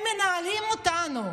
הם מנהלים אותנו,